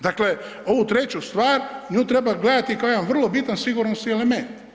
Dakle, ovu treću stvar, nju treba gledati kao jedan vrlo bitan sigurnosni element.